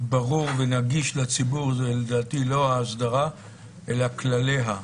ברור ונגיש לציבור זה לא האסדרה אלא כלליה.